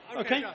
Okay